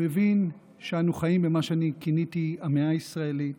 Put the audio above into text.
הוא הבין שאנו חיים במה שאני כיניתי המאה הישראלית